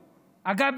אגב,